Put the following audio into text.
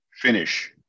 finish